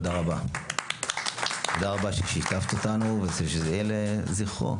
תודה רבה ששיתפת אותנו ושזה יהיה לזכרו.